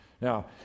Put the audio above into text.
Now